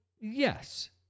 Yes